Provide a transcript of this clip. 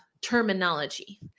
terminology